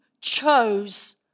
chose